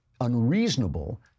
unreasonable